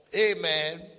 Amen